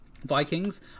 Vikings